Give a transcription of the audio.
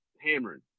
hammering